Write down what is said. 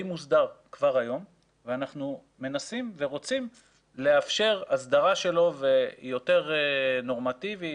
מוסדר כבר היום ואנחנו מנסים ורוצים לאפשר הסדרה שלו יותר נורמטיבית,